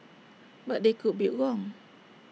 but they could be wrong